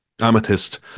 Amethyst